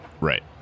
Right